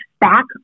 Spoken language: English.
back